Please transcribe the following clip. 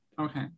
Okay